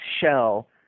shell